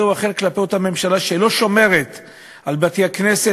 או אחר כלפי אותה ממשלה שלא שומרת על בתי-הכנסת,